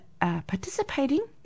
participating